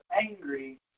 angry